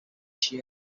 she